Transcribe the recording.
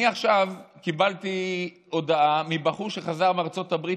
אני עכשיו קיבלתי הודעה מבחור שחזר מארצות הברית,